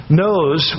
knows